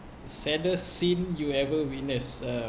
saddest scene you ever witnessed um